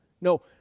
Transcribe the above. No